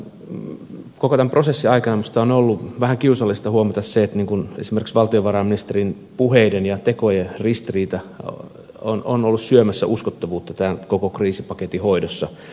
koko tämän prosessin aikana minusta on ollut vähän kiusallista huomata se että esimerkiksi valtiovarainministerin puheiden ja tekojen ristiriita on ollut syömässä koko kriisipaketin hoidon uskottavuutta